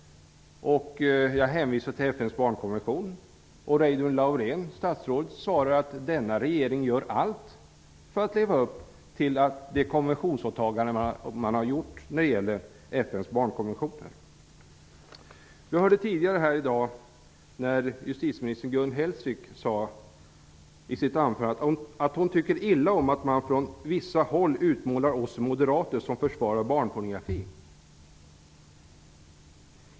Jag hänvisade till FN:s barnkonvention, och statsrådet Laurén svarade att denna regering gör allt för att leva upp till de åtaganden man har gjort när det gäller barnkonventionen. Vi hörde tidigare i dag justitieminister Gun Hellsvik säga att hon tycker illa om att man från vissa håll ''utmålar oss moderater som försvarare av barnpornografi''.